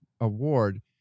award